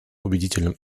убедительным